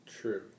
True